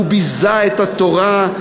וביזה את התורה,